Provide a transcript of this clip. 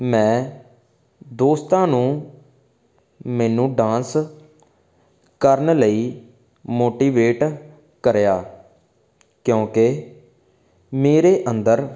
ਮੈਂ ਦੋਸਤਾਂ ਨੂੰ ਮੈਨੂੰ ਡਾਂਸ ਕਰਨ ਲਈ ਮੋਟੀਵੇਟ ਕਰਿਆ ਕਿਉਂਕਿ ਮੇਰੇ ਅੰਦਰ